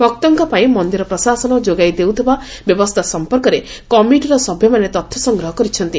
ଭକ୍ତଙ୍କ ପାଇଁ ମନ୍ଦିର ପ୍ରଶାସନ ଯୋଗାଇ ଦେଉଥିବା ବ୍ୟବସ୍କା ସମ୍ପର୍କରେ କମିଟିର ସଭ୍ୟମାନେ ତଥ୍ୟସଂଗ୍ରହ କରିଛନ୍ତି